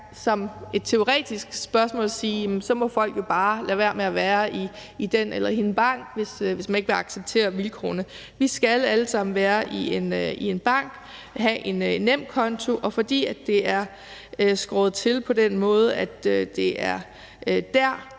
engang teoretisk sige: Så må folk jo bare lade være med at have denne eller hin bank, hvis man ikke vil acceptere vilkårene. Vi skal alle sammen have en bank og have en nemkonto, og fordi det er skåret til på den måde, at det er dér,